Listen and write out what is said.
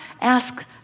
ask